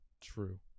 True